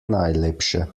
najlepše